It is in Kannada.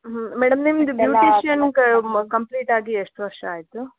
ಮೇಡಮ್ ನಿಮ್ಮದು ಬ್ಯೂಟಿಷಿಯನ್ ಕಂಪ್ಲೀಟ್ ಆಗಿ ಎಷ್ಟು ವರ್ಷ ಆಯಿತು